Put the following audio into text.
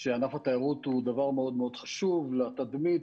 שענף התיירות הוא דבר מאוד מאוד חשוב לתדמית,